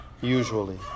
Usually